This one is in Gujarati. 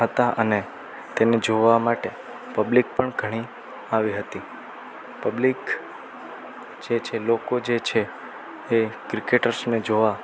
હતાં અને તેને જોવા માટે પબ્લિક પણ ઘણી આવી હતી પબ્લિક જે છે લોકો જે છે એ ક્રિકેટર્સને જોવા